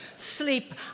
sleep